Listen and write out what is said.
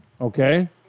Okay